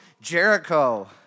Jericho